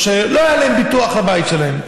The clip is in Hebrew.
או שלא היה להם ביטוח לבית שלהם,